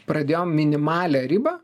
pradėjom minimalią ribą